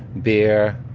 beer,